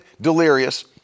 delirious